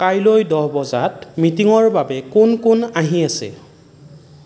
কাইলৈ দহ বজাত মিটিঙৰ বাবে কোন কোন আহি আছে